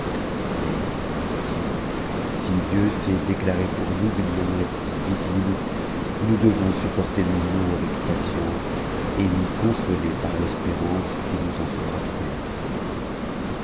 mais disaient-ils si dieu s'est déclaré pour nous d'une n niëre si visible nous devons supporter nos maux avec patience et nous consoler par l'espérance qu'il nous en fera trouver la un